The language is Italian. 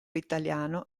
italiano